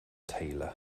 tailor